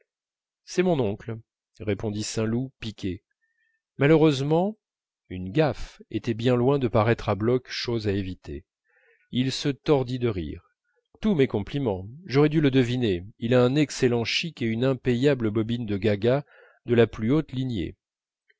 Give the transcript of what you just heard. c'est mon oncle répondit saint loup piqué malheureusement une gaffe était bien loin de paraître à bloch chose à éviter il se tordit de rire tous mes compliments j'aurais dû le deviner il a un excellent chic et une impayable bobine de gaga de la plus haute lignée